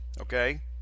okay